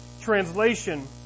translation